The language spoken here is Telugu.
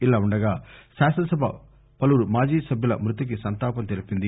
ఇలావుండగా శాసనసభ పలువురు మాజీ సభ్యుల మ్బతికి సంతాపం తెలిపింది